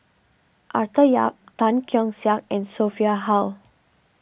Arthur Yap Tan Keong Saik and Sophia Hull